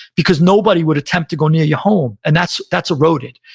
because nobody would attempt to go near your home, and that's that's eroded.